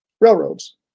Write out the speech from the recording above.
railroads